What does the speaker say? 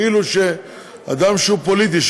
כאילו שאדם שהוא פוליטי,